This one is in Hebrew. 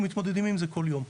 אנחנו מתמודדים עם זה כל יום,